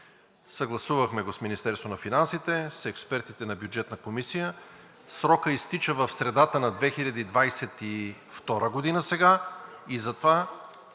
Съгласувахме го с Министерството на финансите, с експертите на Бюджетната комисия. Срокът изтича в средата на 2023 г. и затова,